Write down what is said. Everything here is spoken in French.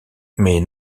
mais